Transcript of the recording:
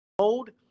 mode